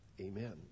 Amen